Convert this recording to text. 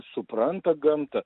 supranta gamtą